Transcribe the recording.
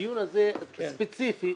הדיון הזה מתייחס ספציפית